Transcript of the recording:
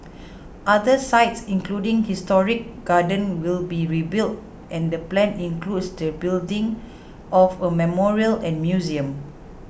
other sites including historic gardens will be rebuilt and the plan includes the building of a memorial and museum